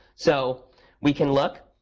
so we can look.